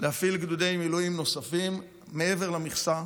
להפעיל גדודי מילואים נוספים מעבר למכסה,